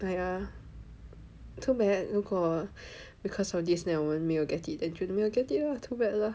because of this then 我们没有 get it then 就没有 get it ah too bad lah